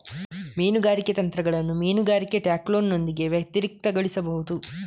ಮೀನುಗಾರಿಕೆ ತಂತ್ರಗಳನ್ನು ಮೀನುಗಾರಿಕೆ ಟ್ಯಾಕ್ಲೋನೊಂದಿಗೆ ವ್ಯತಿರಿಕ್ತಗೊಳಿಸಬಹುದು